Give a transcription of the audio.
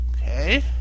okay